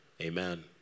Amen